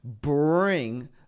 bring